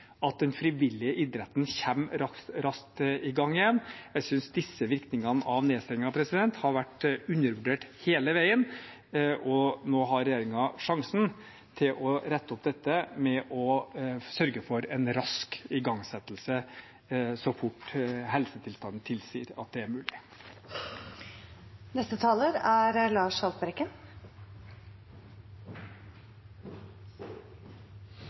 at den frivillige idretten kommer raskt i gang igjen. Jeg synes disse virkningene av nedstengingen har vært undervurdert hele veien, og nå har regjeringen sjansen til å rette opp dette med å sørge for en rask igangsettelse så fort helsetilstanden tilsier at det er mulig.